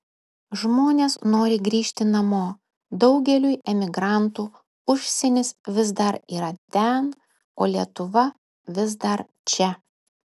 žmonės nori grįžti namo daugeliui emigrantų užsienis vis dar yra ten o lietuva vis dar čia